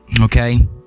okay